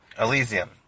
Elysium